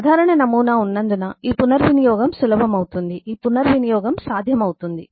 సాధారణ నమూనా ఉన్నందున ఈ పునర్వినియోగం సులభం అవుతుంది ఈ పునర్వినియోగం సాధ్యమవుతుంది